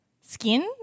Skin